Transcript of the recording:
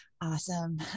Awesome